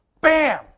Bam